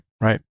Right